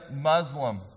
Muslim